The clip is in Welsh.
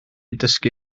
dysgu